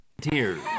Tears